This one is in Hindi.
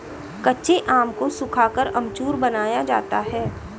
कच्चे आम को सुखाकर अमचूर बनाया जाता है